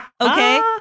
Okay